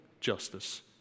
justice